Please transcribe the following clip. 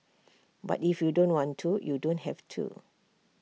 but if you don't want to you don't have to